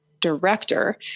director